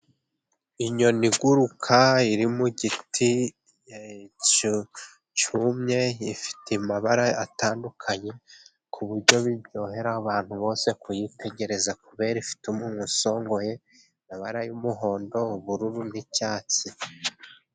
Inyoni iguruka iri mu giti cyumye, ifite amabara atandukanye ku buryo biryohera abantu bose kuyitegereza, kubere ko ifite umunwa usongoye, amabara y'umuhondo, ubururu n'icyatsi.